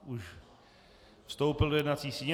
Už vstoupil do jednací síně.